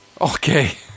Okay